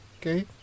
Okay